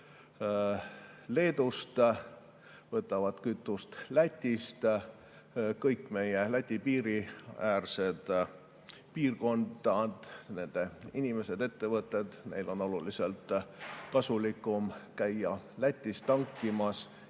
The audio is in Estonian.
Leedust ja võtavad kütust Lätist. Kõigil meie Läti piiri äärsetel piirkondadel, nende inimestel ja ettevõtetel on oluliselt kasulikum käia Lätis tankimas